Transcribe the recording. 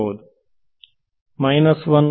ವಿದ್ಯಾರ್ಥಿ ಮೈನಸ್ 1